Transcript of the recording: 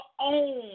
own